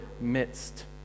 midst